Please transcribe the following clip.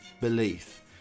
belief